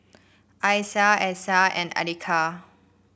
Aisyah Aisyah and Andika